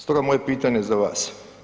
Stoga moje pitanje za vas.